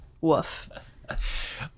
woof